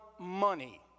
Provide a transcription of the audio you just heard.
money